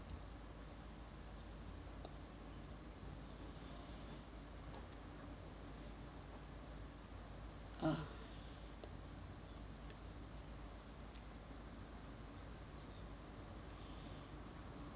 ah